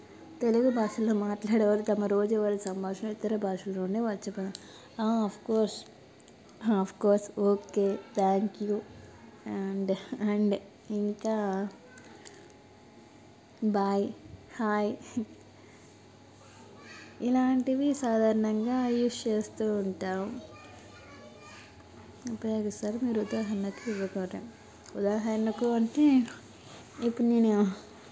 తెలుగు భాషలో మాట్లాడేవారు తమ రోజువారీ సంభాషణలో ఇతర భాషలోనే వచ్చుపో of course of course okay thank you and and ఇంకా బాయ్ హాయ్ ఇలాంటివి సాధారణంగా యూస్ చేస్తు ఉంటాం ఉపయోగిస్తారు మీరు ఉదాహరణకు ఇవి కూడా ఉదాహరణకు అంటే ఇప్పుడు నేను